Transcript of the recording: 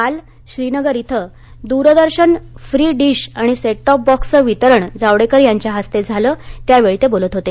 काल श्रीनगर िं Doordarshan free dish आणि सेटटॉप बॉक्सचं वितरण जावडेकर यांच्या हस्ते झालं त्यावेळी ते बोलत होते